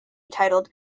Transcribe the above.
entitled